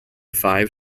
five